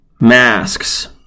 masks